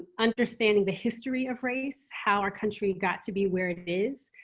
understanding the history of race, how our country got to be where it is.